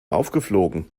aufgeflogen